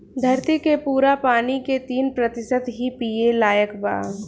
धरती के पूरा पानी के तीन प्रतिशत ही पिए लायक बा